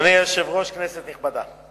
אדוני היושב-ראש, כנסת נכבדה,